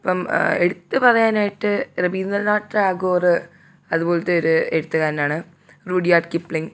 ഇപ്പം എടുത്തു പറയാനായിട്ട് രവീന്ദ്രനാഥ ടാഗോർ അതുപോലത്തെ ഒരു എഴുത്തുകാരനാണ് റുഡിയാഡ് കിപ്ലിങ്ങ്